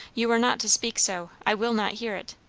you are not to speak so. i will not hear it.